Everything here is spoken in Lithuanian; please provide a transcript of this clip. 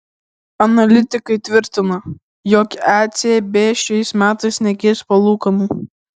analitikai tvirtina jog ecb šiais metais nekeis palūkanų